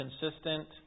consistent